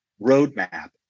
roadmap